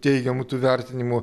teigiamų tų vertinimų